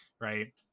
Right